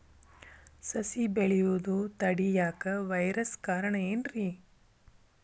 ಸಸಿ ಬೆಳೆಯುದ ತಡಿಯಾಕ ವೈರಸ್ ಕಾರಣ ಏನ್ರಿ?